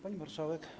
Pani Marszałek!